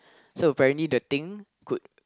so apparently the thing could